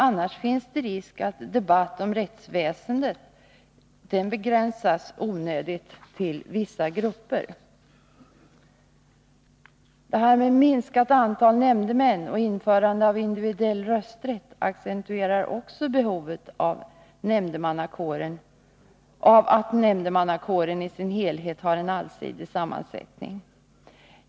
Annars finns en risk att debatten om rättsväsendet onödigt begränsas till vissa grupper. Minskat antal nämndemän och införande av individuell rösträtt accentuerar också behovet av att nämndemannakåren i sin helhet har en allsidig sammansättning.